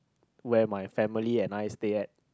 where my family and I stay at